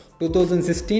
2016